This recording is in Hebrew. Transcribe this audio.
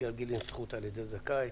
מגלגלים זכות על ידי זכאי.